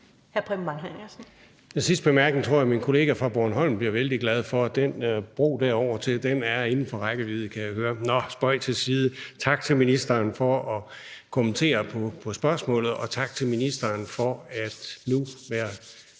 Henriksen (V): Den sidste bemærkning tror jeg min kollega fra Bornholm bliver vældig glad for. Den bro derovertil er inden for rækkevidde, kan jeg høre! Nå, spøg til side. Tak til ministeren for at kommentere på spørgsmålet, og tak til ministeren – eller